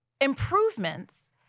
improvements